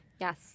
yes